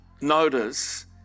notice